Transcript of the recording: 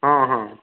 ହଁ ହଁ